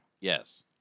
Yes